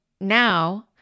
now